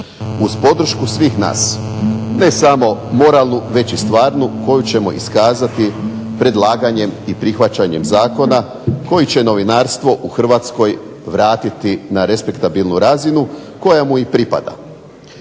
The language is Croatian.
uz podršku svih nas. Ne samo moralnu već i stvarnu koju ćemo iskazati predlaganjem i prihvaćanjem zakona koji će novinarstvo u Hrvatskoj vratiti na respektabilnu razinu koja mu i pripada.